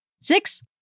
Six